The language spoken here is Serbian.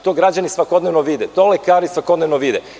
To građani svakodnevno vide i to lekari svakodnevno vide.